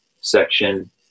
section